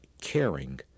caring